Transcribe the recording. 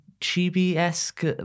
Chibi-esque